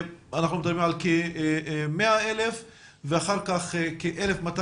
אנחנו מדברים על כ-100,000 ואחר כך על כ-1,200